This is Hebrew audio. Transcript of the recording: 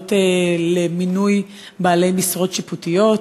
לוועדות למינוי בעלי משרות שיפוטיות,